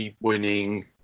winning